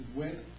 went